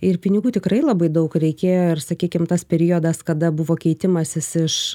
ir pinigų tikrai labai daug reikėjo ir sakykim tas periodas kada buvo keitimasis iš